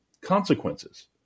consequences